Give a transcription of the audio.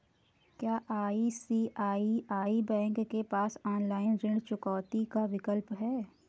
क्या ICICI bank के पास ऑनलाइन ऋण चुकौती का विकल्प नहीं है?